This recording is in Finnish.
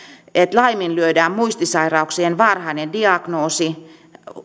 laiminlyödään muistisairauksien varhainen diagnoosi